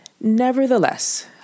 Nevertheless